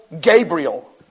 Gabriel